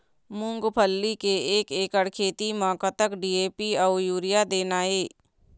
मूंगफली के एक एकड़ खेती म कतक डी.ए.पी अउ यूरिया देना ये?